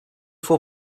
faut